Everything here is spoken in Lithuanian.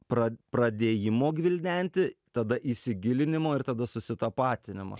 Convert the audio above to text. pra pradėjimo gvildenti tada įsigilinimo ir tada susitapatinimo